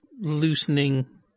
loosening